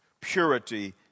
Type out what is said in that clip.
Purity